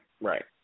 Right